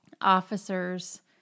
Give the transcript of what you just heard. officer's